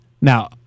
Now